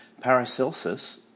Paracelsus